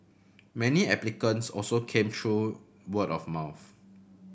many applicants also came through word of mouth